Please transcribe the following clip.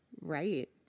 Right